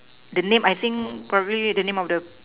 the name I think probably the name of the